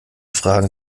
fragen